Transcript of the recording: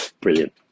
Brilliant